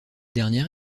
dernière